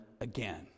again